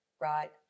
right